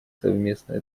совместной